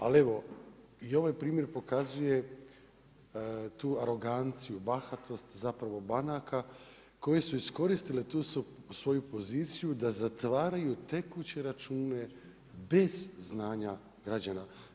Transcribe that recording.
Ali evo i ovaj primjer pokazuje tu aroganciju, bahatost zapravo banaka koje su iskoristile tu svoju poziciju da zatvaraju tekuće račune bez znanja građana.